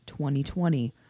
2020